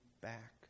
back